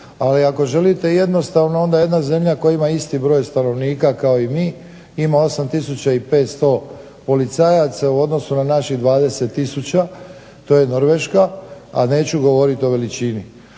Ali, ako želite jednostavno onda jedna zemlja koja ima isti broj stanovnika kao i mi ima 8 500 policajaca u odnosu na naših 20 tisuća. To je Norveška, a neću govoriti o veličini.